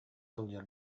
сылдьар